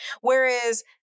Whereas